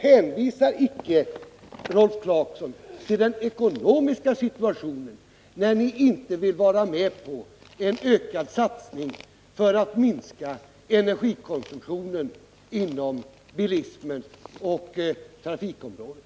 Hänvisa alltså icke, Rolf Clarkson, till den ekonomiska situationen när ni inte vill vara med på en ökad satsning för att minska energikonsumtionen för bilismen och på trafikområdet!